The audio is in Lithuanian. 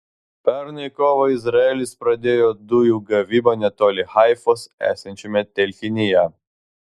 pernai kovą izraelis pradėjo dujų gavybą netoli haifos esančiame telkinyje